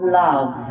love